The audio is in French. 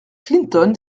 clinton